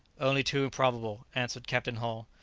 only too probable, answered captain hull,